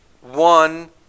One